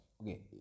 okay